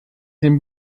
dem